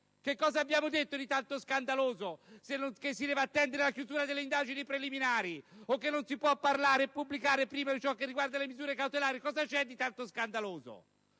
Cosa abbiamo detto di tanto scandaloso, se non che si deve attendere la chiusura delle indagini preliminari o che non si può parlare o pubblicare prima ciò che riguarda le misure cautelari? Cosa c'è di tanto scandaloso?